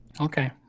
Okay